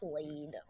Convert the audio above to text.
played